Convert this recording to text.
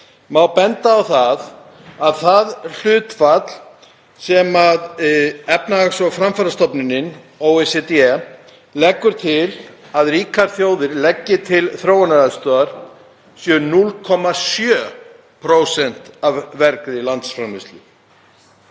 má benda á að það hlutfall sem Efnahags- og framfarastofnunin, OECD, leggur til að ríkar þjóðir leggi til þróunaraðstoðar sé 0,7% af vergri landsframleiðslu.